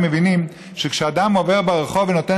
למה אתם מבינים שכשאדם עובר ברחוב ונותן